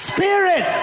Spirit